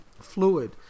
fluid